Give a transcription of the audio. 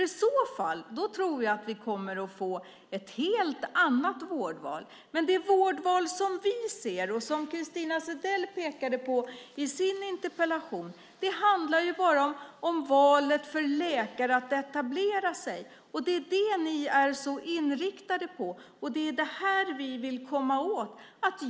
I så fall tror jag att vi kommer att få ett helt annat vårdval. Det vårdval som vi ser, och som Christina Zedell pekade på i sin interpellation, handlar bara om läkarnas möjligheter att välja var de ska etablera sig. Det är det ni är så inriktade på, och det är det här vi vill komma åt.